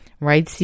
Right